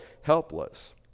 helpless